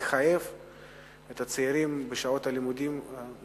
יחייב את הצעירים להיות בעבודה בשעות הלימודים.